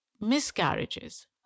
miscarriages